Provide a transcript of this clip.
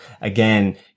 again